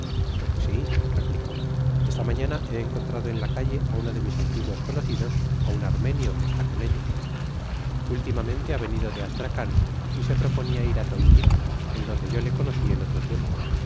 si replicó esta mañana he encontrado en la calle á uno de mis antiguos conocidos á un armenio que está con ellos ultimamente ha venido de astracan y se proponia ir á tonquin en donde yo le conoci en otro tiempo